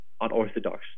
unorthodox